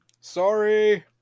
Sorry